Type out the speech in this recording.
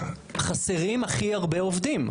חסרים הכי הרבה עובדים.